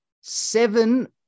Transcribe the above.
Seven